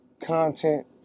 content